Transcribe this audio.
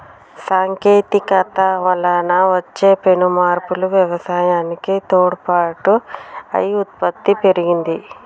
సాంకేతికత వలన వచ్చే పెను మార్పులు వ్యవసాయానికి తోడ్పాటు అయి ఉత్పత్తి పెరిగింది